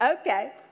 Okay